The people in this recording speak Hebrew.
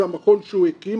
זה המכון שהוא הקים,